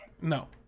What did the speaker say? No